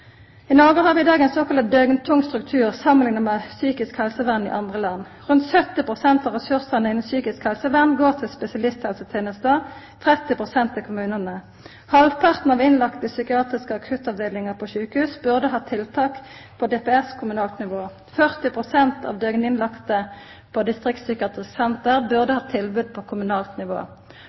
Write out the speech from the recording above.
I Noreg har vi i dag ein såkalla døgntung struktur samanlikna med psykisk helsevern i andre land. Rundt 70 pst. av ressursane innan psykisk helsevern går til spesialisthelsetenesta, rundt 30 pst. til kommunane. Halvparten av innlagde i psykiatriske akuttavdelingar i sjukehus burde hatt tiltak på distriktspsykiatrisk/kommunalt nivå. 40 pst. av døgninnlagde på distriktspsykiatriske senter burde hatt tilbod på kommunalt nivå.